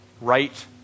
Right